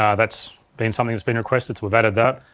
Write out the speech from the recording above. yeah that's been something that's been requested so we've added that.